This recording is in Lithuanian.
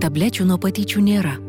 tablečių nuo patyčių nėra